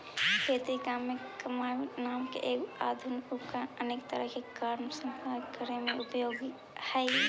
खेती के काम में कम्बाइन नाम के एगो आधुनिक उपकरण अनेक तरह के कारम के सम्पादन करे में उपयोगी हई